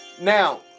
Now